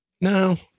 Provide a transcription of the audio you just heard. No